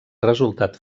resultat